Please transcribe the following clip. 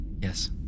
Yes